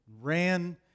ran